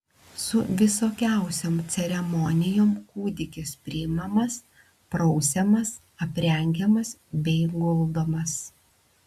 su visokiausiom ceremonijom kūdikis priimamas prausiamas aprengiamas bei guldomas